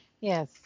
Yes